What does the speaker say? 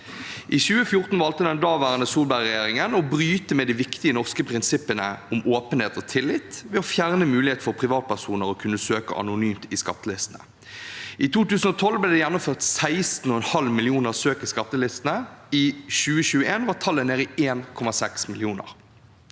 den daværende Solberg-regjeringen å bryte med de viktige norske prinsippene om åpenhet og tillit ved å fjerne mulighet for privatpersoner til å kunne søke anonymt i skattelistene. I 2012 ble det gjennomført 16,5 millioner søk i skattelistene. I 2021 var tallet nede i 1,6 millioner.